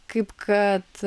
kaip kad